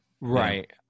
Right